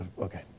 okay